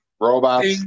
Robots